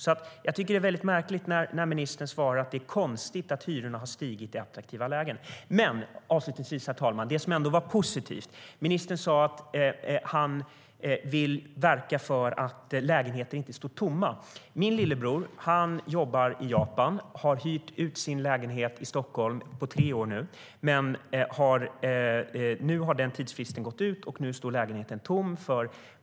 Det som ändå var positivt - avslutningsvis, fru talman - var att ministern sa att han vill verka för att lägenheter inte står tomma. Min lillebror jobbar i Japan och har hyrt ut sin lägenhet i Stockholm i tre år. Nu har dock den tidsfristen gått ut, och lägenheten står tom.